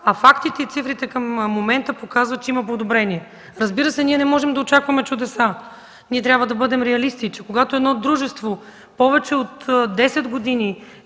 Фактите и цифрите към момента показват, че има подобрение. Разбира се, ние не можем да очакваме чудеса. Трябва да бъдем реалисти, че когато едно дружество повече от 10 години